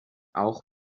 auch